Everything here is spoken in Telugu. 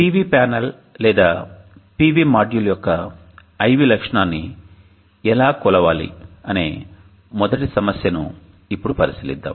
PV ప్యానెల్ లేదా PV మాడ్యూల్ యొక్క IV లక్షణాన్ని ఎలా కొలవాలి అనే మొదటి సమస్యను ఇప్పుడు పరిశీలిద్దాం